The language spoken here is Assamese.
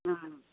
অঁ